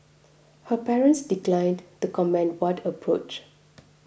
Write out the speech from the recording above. her parents declined to comment when approached